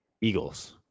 Eagles